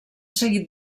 seguit